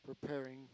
Preparing